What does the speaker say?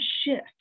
shift